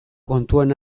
kontuan